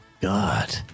god